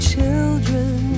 children